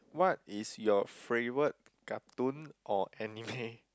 what is your favorite cartoon or anime